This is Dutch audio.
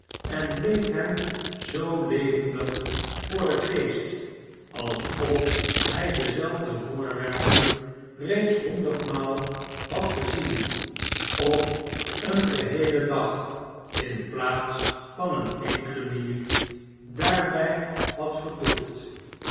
en bleef hem zoo levendig voor den geest alsof hij dezelfde voorwerpen reeds honderdmaal had gezien of een geheelen dag in plaats van eene enkele minuut daarbij had vertoefd